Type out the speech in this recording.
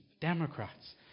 Democrats